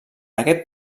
aquest